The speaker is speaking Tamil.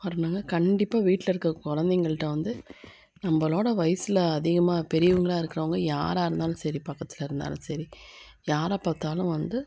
வரணுங்க கண்டிப்பாக வீட்டில் இருக்கிற குழந்தைகள்ட்ட வந்து நம்மளோட வயதில் அதிகமாக பெரியவங்களாக இருக்கிறவங்க யாராக இருந்தாலும் சரி பக்கத்தில் இருந்தாலும் சரி யாரை பார்த்தாலும் வந்து